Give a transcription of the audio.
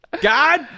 God